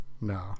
no